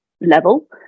level